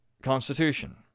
Constitution